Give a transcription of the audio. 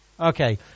Okay